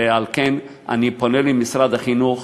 ועל כן אני פונה למשרד החינוך,